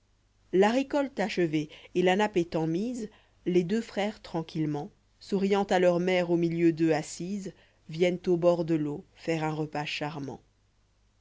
la récolte achevée et la nappe étant mise les deux frères tranquillement souriant à leur mère au milieu d'eux assise viennent au bord de l'eau faire un repas charmant